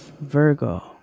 Virgo